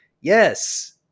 yes